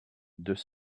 deux